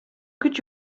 could